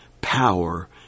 power